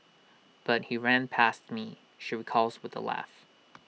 but he ran past me she recalls with A laugh